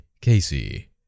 Casey